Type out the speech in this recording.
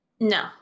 No